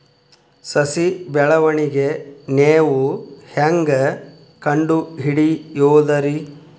ಸಸಿ ಬೆಳವಣಿಗೆ ನೇವು ಹ್ಯಾಂಗ ಕಂಡುಹಿಡಿಯೋದರಿ?